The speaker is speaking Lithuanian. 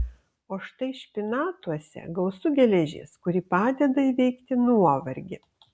o štai špinatuose gausu geležies kuri padeda įveikti nuovargį